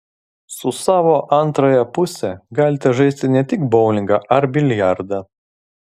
su savo antrąja puse galite žaisti ne tik boulingą ar biliardą